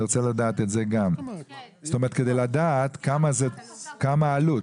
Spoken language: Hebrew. אני רוצה לדעת את זה גם כדי לדעת כמה העלות.